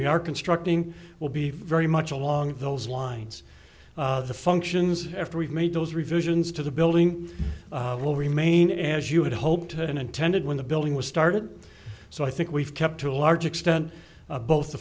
we are constructing will be very much along those lines the functions after we've made those revisions to the building will remain as you had hoped and intended when the building was started so i think we've kept to a large extent both the